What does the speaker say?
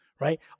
Right